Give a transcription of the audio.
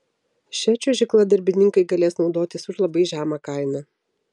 šia čiuožykla darbininkai galės naudotis už labai žemą kainą